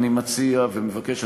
אני מציע ואני מבקש מהכנסת,